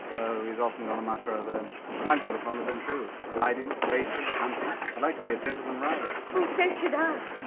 oh he's often in a muck over them i'm jolly fond of them too. riding racing hunting i'd like to be a gentleman rider so should i